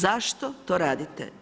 Zašto to radite?